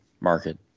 market